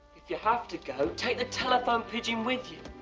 if you have to go, take the telephone pigeon with you.